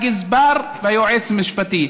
הגזבר והיועץ המשפטי.